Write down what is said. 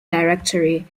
directory